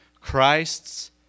christ's